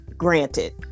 Granted